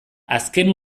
azken